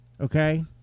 Okay